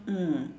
mm